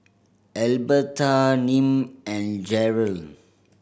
Albertha Nim and Jerrell